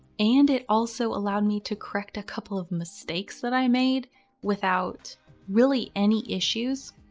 and it also allowed me to correct a couple of mistakes that i made without really any issues.